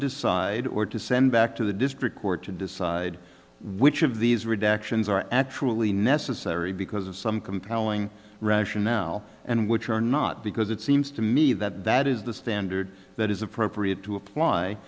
decide or to send back to the district court to decide which of these redactions are actually necessary because of some compelling ration now and which are not because it seems to me that that is the standard that is appropriate to to apply